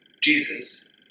Jesus